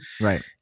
Right